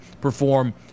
perform